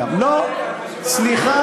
כולנו פה, חבר הכנסת כבל, סליחה,